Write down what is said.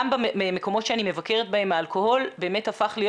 גם במקומות שאני מבקרת בהם האלכוהול באמת הפך להיות